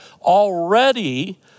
already